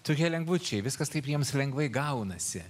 tokie lengvučiai viskas taip jiems lengvai gaunasi